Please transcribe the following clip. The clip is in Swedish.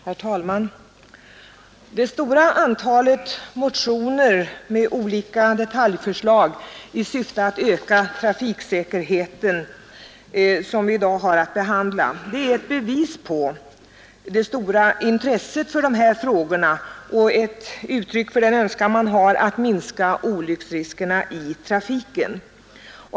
Herr talman! Det stora antal motioner med olika detaljförslag i syfte att öka trafiksäkerheten som vi i dag har att behandla är ett bevis på det stora intresset för dessa frågor och ett uttryck för önskan att minska olycksfallsriskerna i trafiken.